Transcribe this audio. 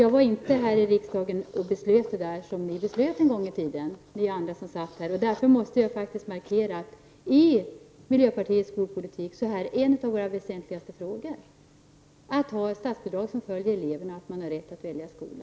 Jag var inte här i riksdagen när ni fattade beslut om detta, och därför måste jag faktiskt markera att i miljöpartiets skolpolitik är ett par av de väsentligaste frågorna att det skall vara statsbidrag som följer eleverna och att man har rätt att välja skola.